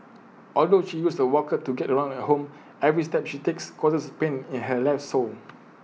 although she uses A walker to get around at home every step she takes causes pain in her left sole